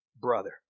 brother